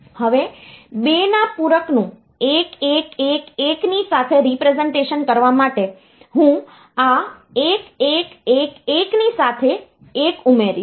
હવે આ 2 ના પૂરક નું 1111 ની સાથે રીપ્રેસનટેશન કરવા માટે હું આ 1111 ની સાથે 1 ઉમેરીશ